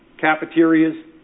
cafeterias